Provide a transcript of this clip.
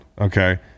okay